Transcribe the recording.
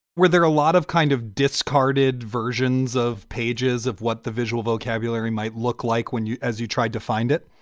were there a lot of kind of discarded versions of pages of what the visual vocabulary might look like when you as you tried to find it?